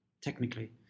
technically